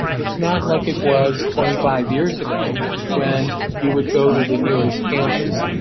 it's not like it was twenty five years ago when you would go to the nearest campus.